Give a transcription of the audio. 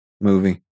movie